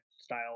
style